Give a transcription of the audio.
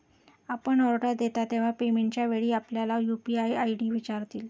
आपण ऑर्डर देता तेव्हा पेमेंटच्या वेळी आपल्याला यू.पी.आय आय.डी विचारतील